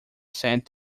sent